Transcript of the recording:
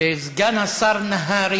סגן השר נהרי